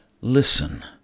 Listen